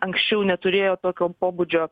anksčiau neturėjo tokio pobūdžio